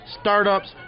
startups